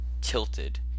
tilted